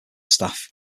staff